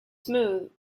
smooth